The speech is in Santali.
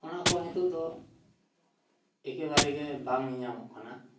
ᱚᱱᱟ ᱠᱚ ᱱᱤᱛᱚᱜ ᱫᱚ ᱮᱠᱮᱵᱟᱨᱮ ᱜᱮ ᱵᱟᱝ ᱧᱮᱧᱟᱢᱚᱜ ᱠᱟᱱᱟ